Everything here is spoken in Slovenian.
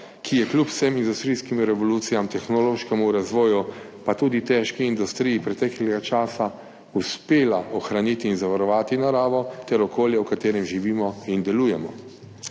ki je kljub vsem industrijskim revolucijam, tehnološkemu razvoju, pa tudi težki industriji preteklega časa uspela ohraniti in zavarovati naravo ter okolje, v katerem živimo in delujemo.